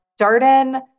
Darden